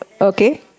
okay